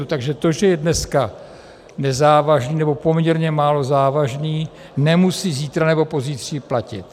Takže to, že je dneska nezávažný, nebo poměrně málo závažný, nemusí zítra nebo pozítří platit.